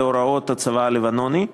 להוראות הצבא הלבנוני.